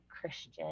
Christian